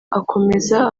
akomeza